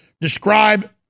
Describe